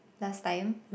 last time